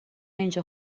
اینجا